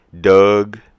Doug